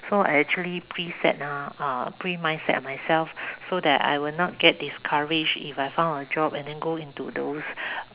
so I actually preset ah uh pre mindset myself so that I would not get discouraged if I found a job and then go into those